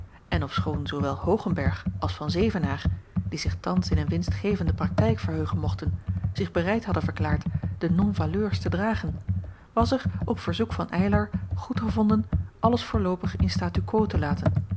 en ofschoon zoowel hoogenberg als van zevenaer die zich thans in een winstgevende praktijk verheugen mochten zich bereid hadden verklaard de non valeurs te dragen was er op verzoek van eylar goedgevonden alles voorloopig in statu quo te laten